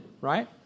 right